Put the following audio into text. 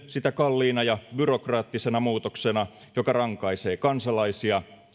sitä kalliina ja byrokraattisena muutoksena joka rankaisee kansalaisia